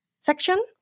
section